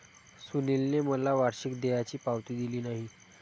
सुनीलने मला वार्षिक देयाची पावती दिली नाही